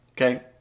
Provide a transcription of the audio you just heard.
okay